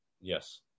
Yes